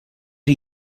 are